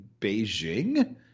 Beijing